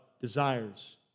desires